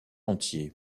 entier